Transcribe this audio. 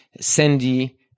sandy